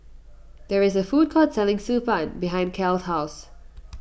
there is a food court selling Xi Ban behind Cal's house